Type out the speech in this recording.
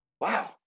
wow